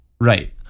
Right